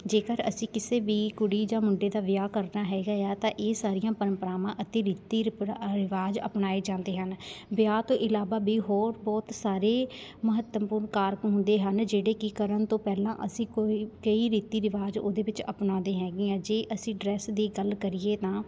ਜੇਕਰ ਅਸੀਂ ਕਿਸੇ ਵੀ ਕੁੜੀ ਜਾਂ ਮੁੰਡੇ ਦਾ ਵਿਆਹ ਕਰਨਾ ਹੈਗਾ ਏ ਆ ਤਾਂ ਇਹ ਸਾਰੀਆਂ ਪਰੰਪਰਾਵਾਂ ਅਤੇ ਰੀਤੀ ਰਿਵਾਜ਼ ਅਪਣਾਏ ਜਾਂਦੇ ਹਨ ਵਿਆਹ ਤੋਂ ਇਲਾਵਾ ਵੀ ਹੋਰ ਬਹੁਤ ਸਾਰੇ ਮਹੱਤਵਪੂਰਨ ਕਾਰਕ ਹੁੰਦੇ ਹਨ ਜਿਹੜੇ ਕਿ ਕਰਨ ਤੋਂ ਪਹਿਲਾਂ ਅਸੀਂ ਕੋਈ ਕਈ ਰੀਤੀ ਰਿਵਾਜ਼ ਉਹਦੇ ਵਿੱਚ ਅਪਣਾਉਂਦੇ ਹੈਗੀ ਆ ਜੇ ਅਸੀਂ ਡਰੈਸ ਦੀ ਗੱਲ ਕਰੀਏ ਤਾਂ